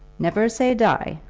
never say die,